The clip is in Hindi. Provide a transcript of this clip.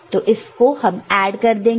तो इसको हम ऐड कर देंगे